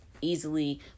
easily